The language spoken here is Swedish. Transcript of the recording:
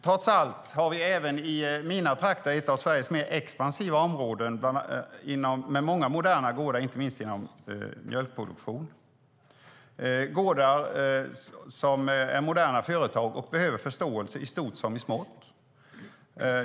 Trots allt har vi även i mina trakter, som är ett av Sveriges mer expansiva områden med många moderna gårdar inom inte minst mjölkproduktion, gårdar som är moderna företag och behöver förståelse i stort som smått.